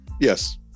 yes